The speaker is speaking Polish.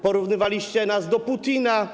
Porównywaliście nas do Putina.